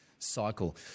cycle